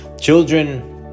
children